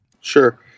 Sure